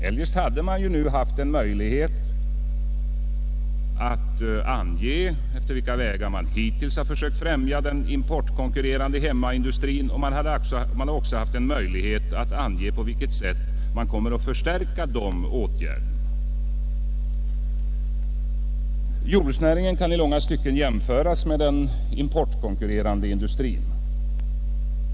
Eljest hade man ju i ett sådant sammanhang haft en möjlighet att ange efter vilka vägar man hittills har försökt främja den importkonkurrerande hemmaindustrin och på vilket sätt man nu kommer att förstärka dessa åtgärder. Jordbruksnäringen kan i långa stycken jämföras med den importkonkurrerande industrin.